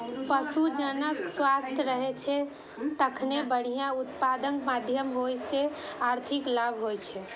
पशु जखन स्वस्थ रहै छै, तखने बढ़िया उत्पादनक माध्यमे ओइ सं आर्थिक लाभ होइ छै